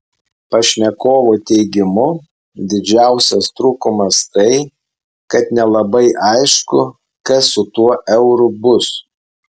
pašnekovo teigimu didžiausias trūkumas tai kad nelabai aišku kas su tuo euru bus